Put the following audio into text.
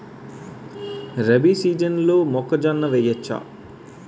రబీ సీజన్లో మొక్కజొన్న వెయ్యచ్చా?